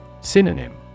Synonym